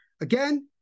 Again